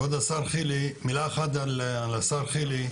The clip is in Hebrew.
מילה אחת על השר חילי,